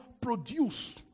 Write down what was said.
produce